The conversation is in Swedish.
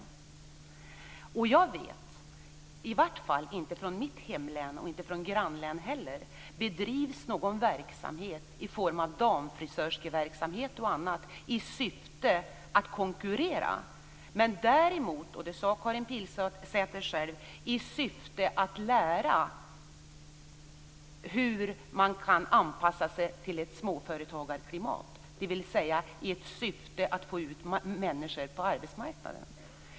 Jag vet att det i alla fall inte i mitt hemlän eller i grannlänen bedrivs någon damfrisörskeverksamhet och annat i syfte att konkurrera. Däremot, och det sade Karin Pilsäter själv, bedrivs det verksamhet i syfte att lära sig hur man kan anpassa sig till ett småföretagarklimat, dvs. för att få ut människor på arbetsmarknaden.